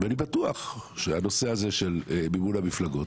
ואני בטוח שהנושא הזה של מימון המפלגות,